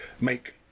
make